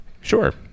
sure